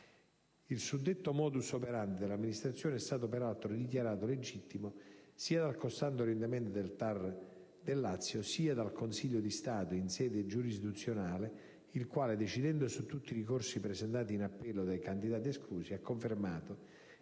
Il suddetto *modus operandi* dell'Amministrazione è stato, peraltro, dichiarato legittimo sia dal costante orientamento del TAR del Lazio, sia dal Consiglio di Stato in sede giurisdizionale, il quale, decidendo su tutti i ricorsi presentati in appello dai candidati esclusi, ha confermato